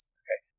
okay